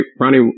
Ronnie